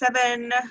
seven